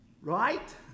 right